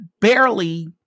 barely